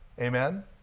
Amen